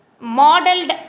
modeled